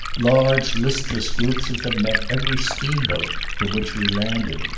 large listless groups of them met every steamboat from which we landed,